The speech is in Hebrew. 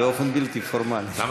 באופן בלתי פורמלי.